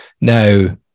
Now